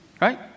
Right